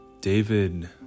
David